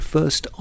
First